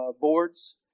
boards